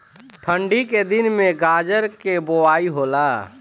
ठन्डी के दिन में गाजर के बोआई होला